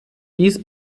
dies